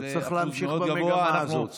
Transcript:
וצריך להמשיך במגמה הזאת.